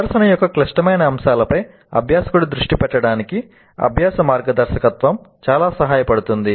ప్రదర్శన యొక్క క్లిష్టమైన అంశాలపై అభ్యాసకుడి దృష్టి పెట్టడానికి అభ్యాస మార్గదర్శకత్వం చాలా సహాయపడుతుంది